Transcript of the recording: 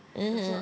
(uh huh)